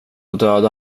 dödade